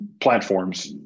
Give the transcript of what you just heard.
platforms